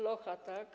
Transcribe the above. Locha, tak?